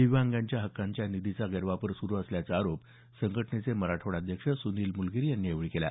दिव्यांगांच्या हक्काच्या निधीचा गैरवापर सुरू असल्याचा आरोप संघटनेचे मराठवाडा अध्यक्ष सुनील मुलगीर यांनी यावेळी केला